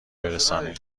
برسانیم